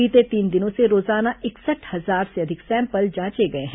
बीते तीन दिनों से रोजाना इकसठ हजार से अधिक सैंपल जांचे गए हैं